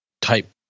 type